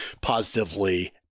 positively